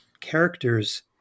characters